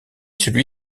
celui